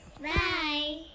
Bye